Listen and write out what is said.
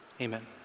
Amen